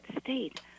state